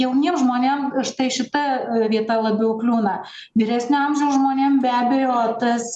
jauniem žmonėm štai šita vieta labiau kliūna vyresnio amžiaus žmonėm be abejo tas